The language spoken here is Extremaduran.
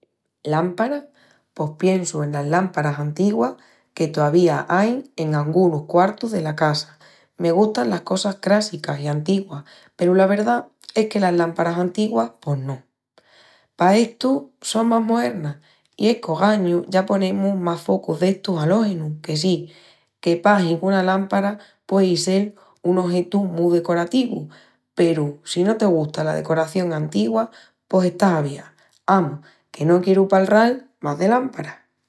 Lámpara? Pos piensu enas lámparas antiguas que tovía ain en angunus quartus dela casa. Me gustan las cosas crássicas i antiguas peru la verdá es que las lámparas antiguas pos no. Pa estu só más moerna. I es qu'ogañu ya ponemus más focus d'estus alógenus. Que sí, que pahi qu'una lámpara puei sel un ojetu mu decorativu peru si no te gusta la decoración antigua pos estás aviá. Amus, que no quieru palral más de lámparas!